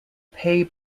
pay